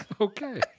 Okay